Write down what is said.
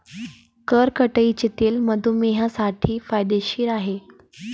करडईचे तेल मधुमेहींसाठी फायदेशीर आहे